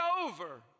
over